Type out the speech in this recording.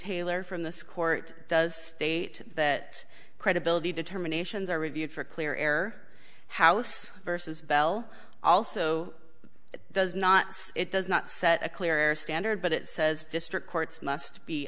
taylor from this court does state that credibility determinations are reviewed for clear air house versus bell also it does not it does not set a clear standard but it says district courts must be